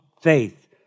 faith